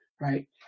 right